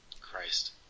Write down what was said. Christ